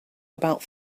about